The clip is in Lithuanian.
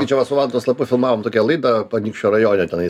tai čia va su vantos lapu filmavom tokią laidą anykščių rajone tenais